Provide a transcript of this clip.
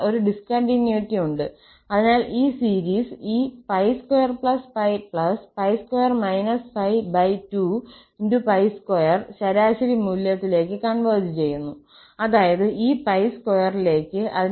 അതിനാൽ ഒരു ഡിസ്കണ്ടിന്യൂറ്റി ഉണ്ട് അതിനാൽ ഈ സീരീസ് ഈ 2π2 π22 ശരാശരി മൂല്യത്തിലേക്ക് കോൺവെർജ് ചെയ്യുന്നു അതായത് ഈ 2 ലേക്ക്